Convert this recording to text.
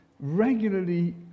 Regularly